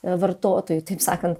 vartotojui taip sakant